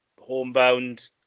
homebound